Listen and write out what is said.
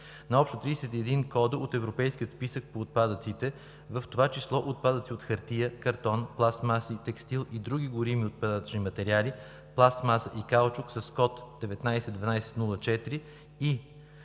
на общо 31 кода по европейския списък на отпадъците, в това число отпадъци от хартия, картон, пластмаси, текстил и други горими отпадъчни материали; пластмаса и каучук с код 19 12 04 и